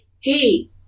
Hey